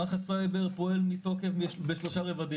מערך הסייבר פועל בשלושה רבדים,